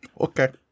Okay